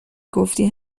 گفتی